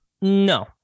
No